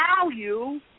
value